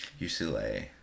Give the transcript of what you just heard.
UCLA